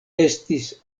estis